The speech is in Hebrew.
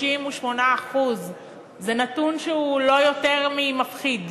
38%. זה נתון שהוא לא פחות ממפחיד.